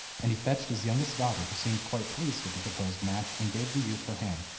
and he fetched his youngest daughter, who seemed quite pleased at the proposed match, and gave the youth her hand.